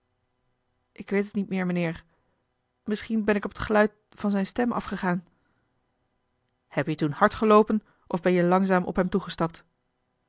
ik weet het niet meer mijnheer misschien ben ik op het geluid van zijne stem afgegaan heb je toen hard geloopen of ben je langzaam op hem